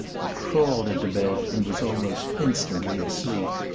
he crawled into bed and was almost instantly asleep.